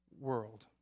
world